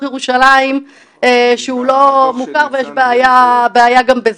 ירושלים שהוא לא מוכר ויש בעיה גם בזה.